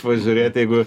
pažiūrėt jeigu